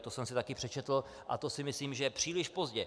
To jsem si taky přečetl a to si myslím, že je příliš pozdě.